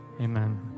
Amen